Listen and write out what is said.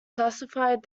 classified